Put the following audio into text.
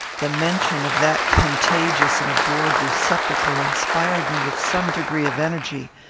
the mention of that contagious and abhorred receptacle inspired me with some degree of energy.